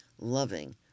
loving